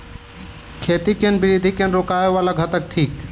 खेती केँ वृद्धि केँ रोकय वला घटक थिक?